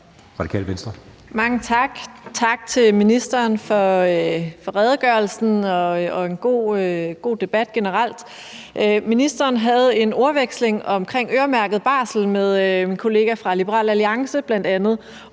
Mange tak. Tak til ministeren for redegørelsen og for en god debat generelt. Ministeren havde en ordveksling om øremærket barsel bl.a. med min kollega fra Liberal Alliance, og jeg